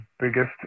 biggest